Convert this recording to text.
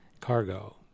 Cargo